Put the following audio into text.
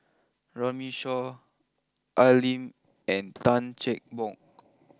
Runme Shaw Al Lim and Tan Cheng Bock